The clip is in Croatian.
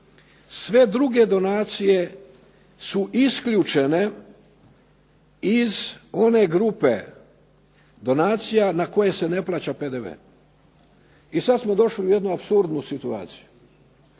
sve druge donacije su isključene iz one grupe donacija na koje se ne plaća PDV. I sad smo došli u jednu apsurdnu situaciju.